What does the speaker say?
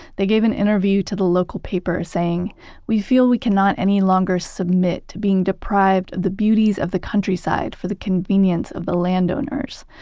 they gave an interview to the local paper saying we feel we cannot any longer submit to being deprived of the beauties of the countryside for the convenience of the landowners.